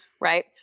right